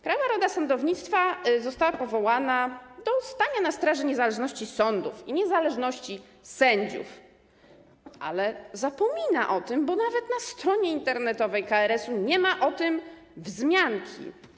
Krajowa Rada Sądownictwa została powołana do stania na straży niezależności sądów i niezależności sędziów, ale zapomina o tym, bo nawet na stronie internetowej KRS-u nie ma o tym wzmianki.